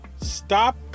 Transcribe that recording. stop